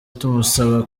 tumusaba